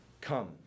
Come